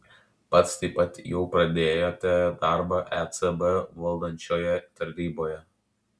pats taip pat jau pradėjote darbą ecb valdančioje taryboje